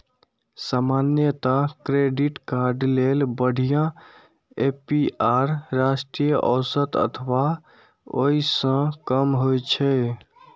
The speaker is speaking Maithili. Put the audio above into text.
सामान्यतः क्रेडिट कार्ड लेल बढ़िया ए.पी.आर राष्ट्रीय औसत अथवा ओइ सं कम होइ छै